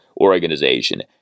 organization